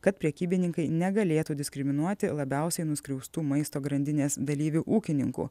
kad prekybininkai negalėtų diskriminuoti labiausiai nuskriaustų maisto grandinės dalyvių ūkininkų